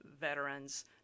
veterans